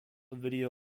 video